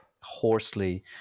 hoarsely